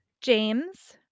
James